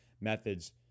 methods